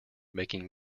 making